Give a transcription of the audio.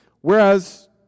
Whereas